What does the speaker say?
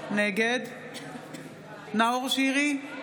נגד נאור שירי,